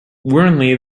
worryingly